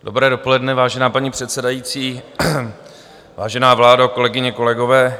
Dobré dopoledne, vážená paní předsedající, vážená vládo, kolegyně, kolegové.